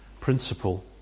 principle